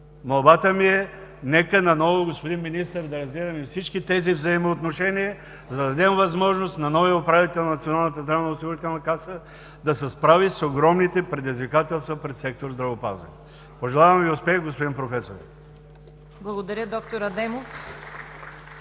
Молбата ми е – нека наново, господин Министър, да разгледаме всички тези взаимоотношения, за да дадем възможност на новия управител на Националната здравноосигурителна каса да се справи с огромните предизвикателства пред сектор „Здравеопазване“. Пожелавам Ви успех, господин Професор! ПРЕДСЕДАТЕЛ